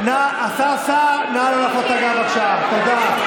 השר, בבקשה לשבת במקומות.